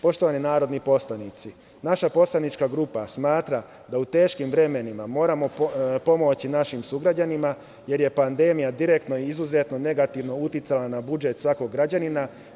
Poštovani narodni poslanici, naša poslanička grupa smatra da u teškim vremenima moramo pomoći našim sugrađanima, jer je pandemija direktno i izuzetno negativno uticala na budžet svakog građanina.